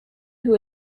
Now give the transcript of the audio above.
who